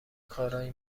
کارایی